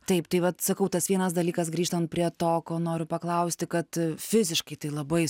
taip tai vat sakau tas vienas dalykas grįžtant prie to ko noriu paklausti kad fiziškai tai labai